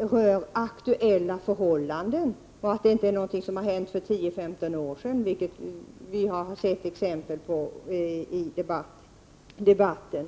rör aktuella förhållanden och inte någonting som har hänt för 10—15 år sedan, vilket vi har exempel på i debatter.